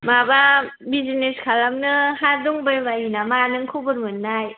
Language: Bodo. माबा बिजनेस खालामनो हा दंबाय बायो नामा नों खबर मोननाय